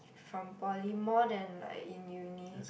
from poly more than like in uni